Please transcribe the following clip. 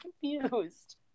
confused